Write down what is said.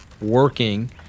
working